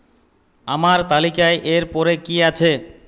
আমার তালিকায় এর পরে কি আছে